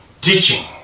teaching